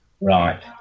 right